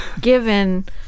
given